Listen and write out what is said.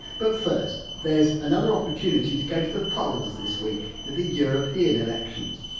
but first, there's another opportunity to go to the polls this week with the european elections.